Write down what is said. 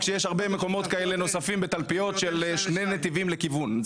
רק שיש הרבה מקומות כאלה נוספים בתלפיות של שני נתיבים לכיוון,